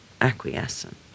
acquiescent